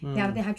mm